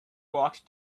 walked